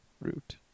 Root